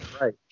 Right